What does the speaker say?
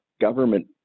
government